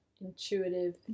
Intuitive